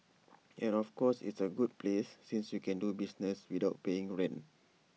and of course it's A good place since you can do business without paying rent